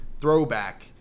Throwback